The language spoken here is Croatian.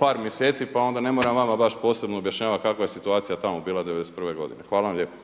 par mjeseci, pa onda ne moram vama baš posebno objašnjavati kakva je situacija tamo bila '91. godine. Hvala vam lijepo.